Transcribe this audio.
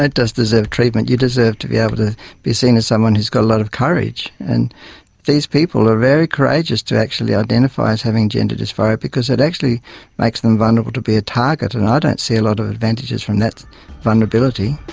just deserve treatment, you deserve to be able to be seen as someone who's got a lot of courage. and these people are very courageous to actually identify as having gender dysphoria, because it actually makes them vulnerable to be a target, and i don't see a lot of advantages from that vulnerability.